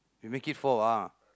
we make it four ah